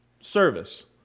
service